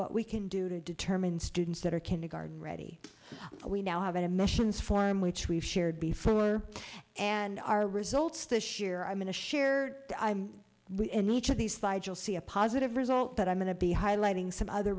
what we can do to determine students that are kindergarten ready we now have an admissions form which we've shared before and our results this year i mean a shared with nature these thijs will see a positive result but i'm going to be highlighting some other